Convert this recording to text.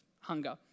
hunger